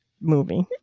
movie